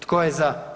Tko je za?